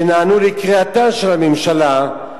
שנענו לקריאתה של הממשלה,